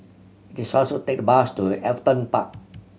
it is faster to take the bus to Everton Park